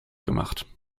gemacht